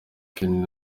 kenny